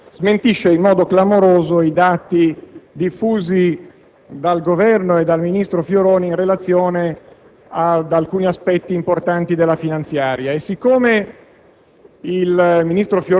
che smentisce in modo clamoroso i dati diffusi dal Governo e dal ministro Fioroni in relazione ad alcuni aspetti importanti della finanziaria. Visto